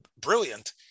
brilliant